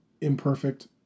imperfect